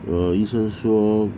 uh 医生说